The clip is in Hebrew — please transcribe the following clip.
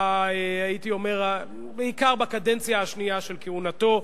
הייתי אומר בעיקר בקדנציה השנייה של כהונתו,